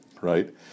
Right